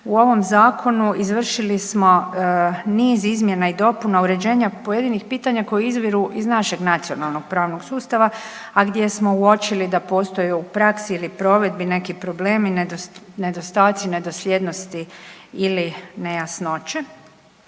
u ovom zakonu izvršili smo niz izmjena i dopuna uređenja pojedinih pitanja koji izviru iz našeg nacionalnog pravnog sustava, a gdje smo uočili da postoji u praksi ili provedbi neki problemi, nedostaci, nedosljednosti ili nejasnoće,